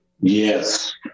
Yes